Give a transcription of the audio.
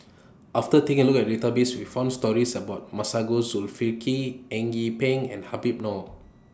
after taking A Look At The Database We found stories about Masagos Zulkifli Eng Yee Peng and Habib Noh